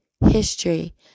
history